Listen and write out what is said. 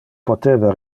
poteva